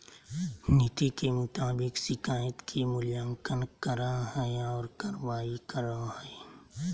नीति के मुताबिक शिकायत के मूल्यांकन करा हइ और कार्रवाई करा हइ